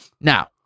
Now